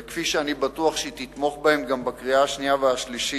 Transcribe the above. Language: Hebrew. וכפי שאני בטוח שהיא תתמוך בהן גם בקריאה השנייה והשלישית,